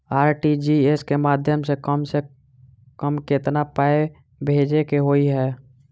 RTGS केँ माध्यम सँ कम सऽ कम केतना पाय भेजे केँ होइ हय?